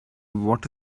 what